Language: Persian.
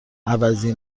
عوضی